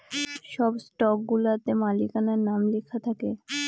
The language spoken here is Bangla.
সব স্টকগুলাতে মালিকানার নাম লেখা থাকে